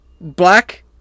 black